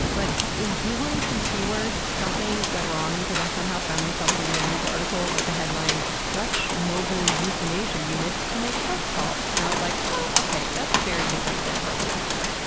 but in googling some key words, something went wrong because i somehow found myself reading a news article with the headline dutch mobile euthanasia units to make house calls. and i was like, well, okay, that's very different than a broken toaster.